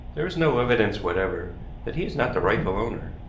there is no evidence whatever that he is not the rightful owner.